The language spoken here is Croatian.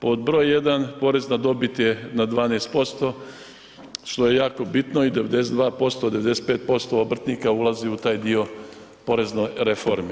Pod br. 1. porez na dobit je na 12% što je jako bitno i 92%, 95% obrtnika ulazi u taj dio porezne reforme.